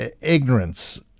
ignorance